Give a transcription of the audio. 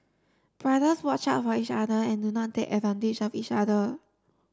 brothers watch out for each other and do not take advantage of each other